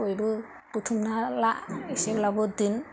बयबो बुथुमना ला इसेब्लाबो दोन